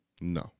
No